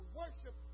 worship